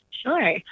Sure